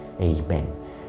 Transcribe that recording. Amen